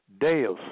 Deus